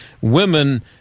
women